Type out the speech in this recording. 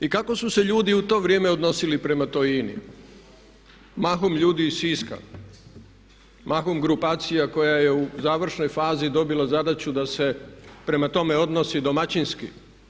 I kako su se ljudi u to vrijeme odnosili prema toj INA-i, mahom ljudi iz Siska, mahom grupacija koja je u završnoj fazi dobila zadaću da se prema tome odnosi domaćinski?